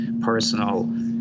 personal